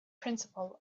principle